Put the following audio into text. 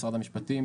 משרד המשפטים,